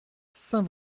saint